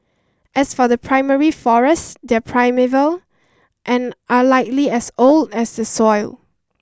as for the primary forest they're primeval and are likely as old as the soil